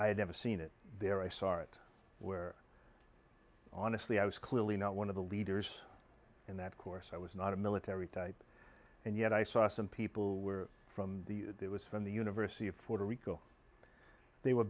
had never seen it there i saw it where honestly i was clearly not one of the leaders in that course i was not a military type and yet i saw some people were from the it was from the university of puerto rico they were